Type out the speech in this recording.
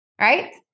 right